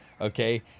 okay